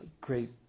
great